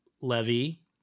Levy